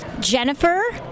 Jennifer